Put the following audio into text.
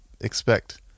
expect